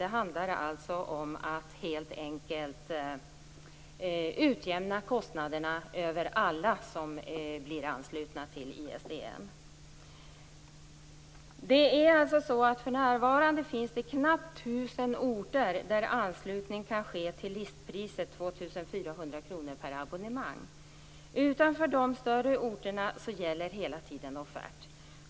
Det handlar helt enkelt om att utjämna kostnaderna över alla som blir anslutna till För närvarande finns knappt tusen orter där anslutning kan ske till listpriset 2 400 kr per abonnemang. Utanför de större orterna gäller hela tiden offert.